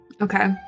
Okay